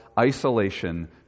isolation